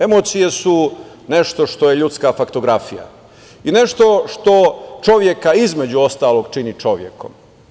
Emocije su nešto što je ljudska faktografija i nešto što čoveka između ostalog čini čovekom.